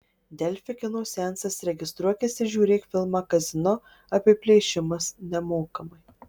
delfi kino seansas registruokis ir žiūrėk filmą kazino apiplėšimas nemokamai